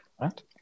Right